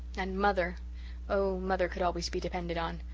and mother oh, mother could always be depended on!